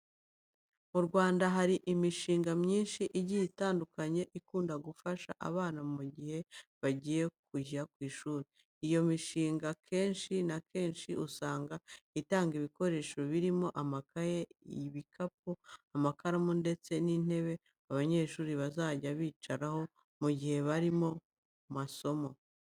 Mu Rwanda hari imishinga myinshi igiye itandukanye ikunda gufasha abana mu gihe bagiye kujya ku ishuri. Iyo mishinga akenshi na kenshi usanga itanga ibikoresho birimo amakaye, ibikapu, amakaramu ndetse n'intebe abanyeshuri bazajya bicaraho mu gihe bari mu masomo.